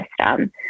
system